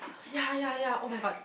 ya ya ya [oh]-my-god